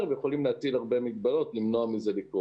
ויכולים להטיל הרבה מגבלות ולמנוע מזה לקרות.